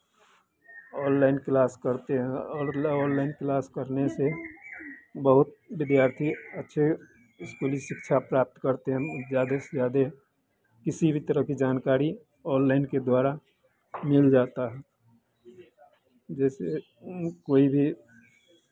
online class करते हैं और ऑनलाइन क्लास करने से बहुत विद्यार्थी अच्छे इस्कूली शिक्षा प्राप्त करते हैं हम लोग ज़्यादे से ज़्यादे किसी भी तरह की जानकारी ऑनलाइन के द्वारा मिल जाता है जैसे कोई भी